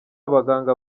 abaganga